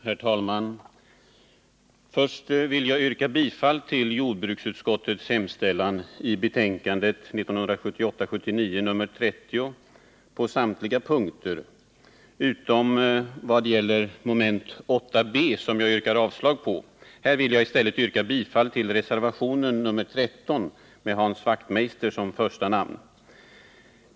Herr talman! Först vill jag yrka bifall till jordbruksutskottets hemställan i dess betänkande 1978/79:30 på samtliga punkter utom vad gäller moment 8 b,som jag yrkar avslag på. Här vill jag i stället yrka bifall till reservationen 13 med Hans Wachtmeister som första namn.